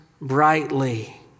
brightly